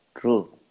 true